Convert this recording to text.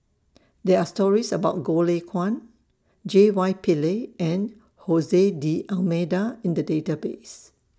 There Are stories about Goh Lay Kuan J Y Pillay and Jose D'almeida in The Database